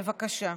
בבקשה.